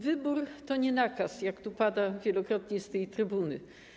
Wybór to nie nakaz, jak pada wielokrotnie z tej trybuny.